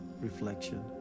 Reflection